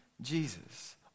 Jesus